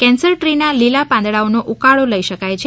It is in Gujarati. કેન્સર ટ્રીના લીલા પાંદડાઓનો ઉકાળો લઈ શકાય છે